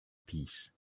peace